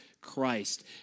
Christ